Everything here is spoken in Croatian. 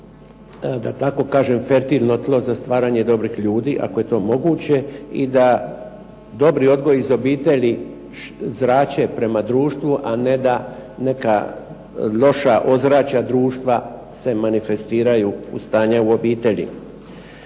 da tako kažem fertilno tlo za stvaranje dobrih ljudi itd., i da dobri odgoji iz obitelji zrače prema društvu a ne da neka loša ozračja društva se manifestiraju u stanje u obitelji.